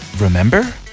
remember